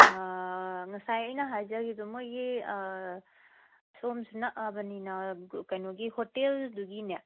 ꯉꯁꯥꯏ ꯑꯩꯅ ꯍꯥꯏꯖꯒꯤꯗꯣ ꯃꯣꯏꯒꯤ ꯁꯣꯝꯁꯨ ꯅꯛꯑꯕꯅꯤꯅ ꯀꯩꯅꯣꯒꯤ ꯍꯣꯇꯦꯜꯗꯨꯒꯤꯅꯦ